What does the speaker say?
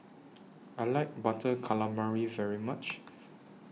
I like Butter Calamari very much